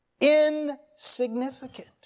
insignificant